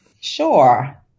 Sure